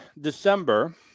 December